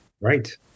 Right